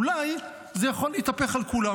אולי, זה יכול להתהפך על כולם.